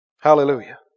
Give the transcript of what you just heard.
Hallelujah